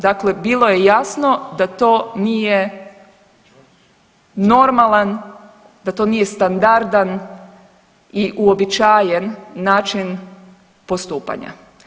Dakle, bilo je jasno da to nije normalan, da to nije standardan i uobičajen način postupanja.